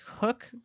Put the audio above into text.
hook